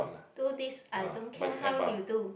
do this I don't care how you do